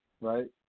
right